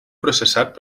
processat